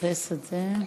נאפס את זה.